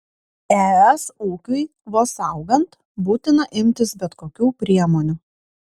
es ūkiui vos augant būtina imtis bet kokių priemonių